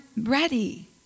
ready